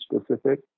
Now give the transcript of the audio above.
specific